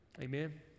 Amen